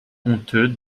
honteux